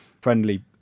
friendly